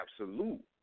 absolute